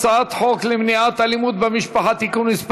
הצעת חוק למניעת אלימות במשפחה (תיקון מס'